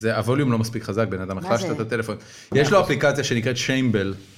זה הווליום לא מספיק חזק בנאדם - מה זה? - החלשת את הטלפון יש לו אפליקציה שנקראת שיימבל.